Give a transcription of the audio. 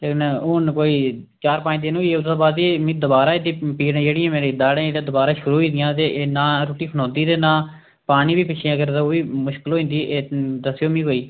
लेकिन हून कोई चार पंज दिन होई गे उसदे बाद दी मी दोबारा एह्दी पीड़ जेह्ड़ी मेरी दाह्ड़ें ते दबारा शुरू होई दियां ते ना गी रुट्टी खलोंदी ने ना पानी बी पिच्छें अगर मुश्कल होई जंदी एह् दस्सेओ मी कोई